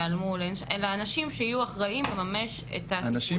אלא אנשים שיהיו אחראים לממש אותם.